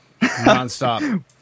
nonstop